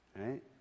Right